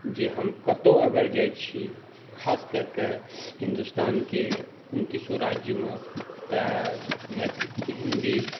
जे हम कतौ अगर जाइ छी ख़ास कए कऽ हिंदुस्तानके उनतीसो राज्यमे तऽ मैथ हिंदी